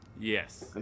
yes